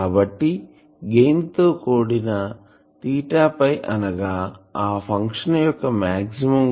కాబట్టి గెయిన్ తో కూడిన తీటా పై అనగా ఆ ఫంక్షన్ యొక్క మాక్సిమం